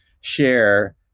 share